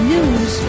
News